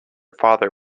father